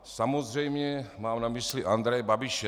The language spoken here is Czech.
Samozřejmě mám na mysli Andreje Babiše.